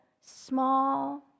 small